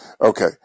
okay